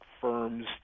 firms